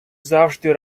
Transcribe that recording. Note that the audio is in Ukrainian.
завжди